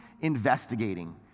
investigating